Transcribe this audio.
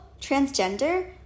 Transgender